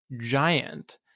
giant